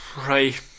right